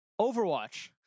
Overwatch